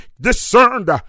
discerned